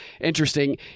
interesting